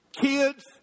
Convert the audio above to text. Kids